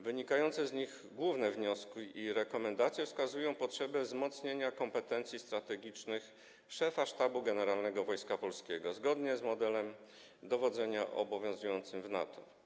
Wynikające z nich główne wnioski i rekomendacje wskazują potrzebę wzmocnienia kompetencji strategicznych szefa Sztabu Generalnego Wojska Polskiego zgodnie z modelem dowodzenia obowiązującym w NATO.